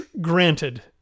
granted